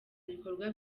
ibikorwa